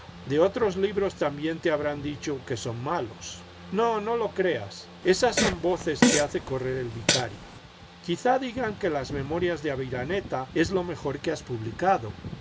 de otros libros también te habrán dicho que son malos no no lo creas esas son voces que hace correr el vicario quizá digan que las memorias de aviraneta es lo mejor que has pubhcado